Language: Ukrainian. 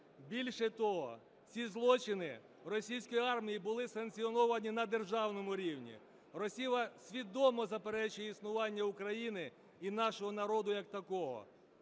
Більше того, ці злочини російської армії були санкціоновані на державному рівні. Росія свідомо заперечує існування України і нашого народу як такого,